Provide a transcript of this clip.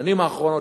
בשנים האחרונות,